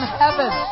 heaven